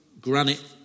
granite